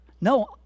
No